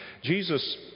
Jesus